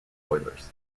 oilers